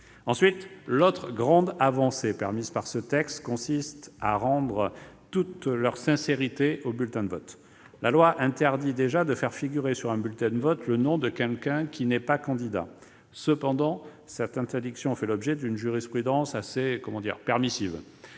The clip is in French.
les actes. L'autre grande avancée permise par ce texte consiste à rendre toute leur sincérité aux bulletins de vote. La loi interdit déjà de faire figurer sur un bulletin de vote le nom d'une personne qui ne s'est pas portée candidate. Cependant, cette interdiction fait l'objet d'une jurisprudence assez permissive.